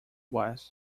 was